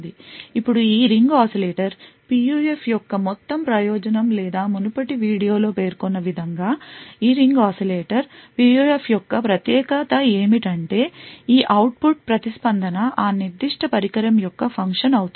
ఇప్పుడు ఈ ring oscillator PUF యొక్క మొత్తం ప్రయోజనం లేదా మునుపటి వీడియో లో పేర్కొన్న విధంగా ఈ రింగ్ ఆసిలేటర్ PUF యొక్క ప్రత్యేకత ఏమిటంటే ఈ అవుట్పుట్ ప్రతిస్పందన ఆ నిర్దిష్ట పరికరం యొక్క ఫంక్షన్ అవుతుంది